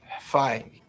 fine